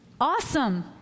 awesome